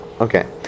Okay